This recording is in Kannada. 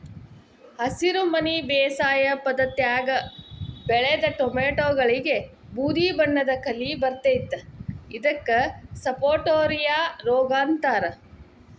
ಹಸಿರುಮನಿ ಬೇಸಾಯ ಪದ್ಧತ್ಯಾಗ ಬೆಳದ ಟೊಮ್ಯಾಟಿಗಳಿಗೆ ಬೂದಿಬಣ್ಣದ ಕಲಿ ಬರ್ತೇತಿ ಇದಕ್ಕ ಸಪಟೋರಿಯಾ ರೋಗ ಅಂತಾರ